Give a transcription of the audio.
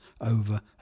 over